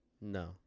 No